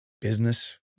business